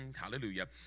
Hallelujah